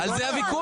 זה לא היה.